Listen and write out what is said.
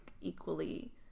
equally